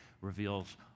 reveals